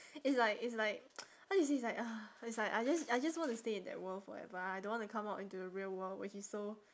it's like it's like how do you say it's like ugh it's like I just I just want to stay in that world forever I I don't want to come out into the real world which is so